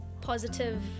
positive